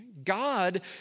God